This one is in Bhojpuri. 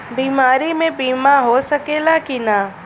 बीमारी मे बीमा हो सकेला कि ना?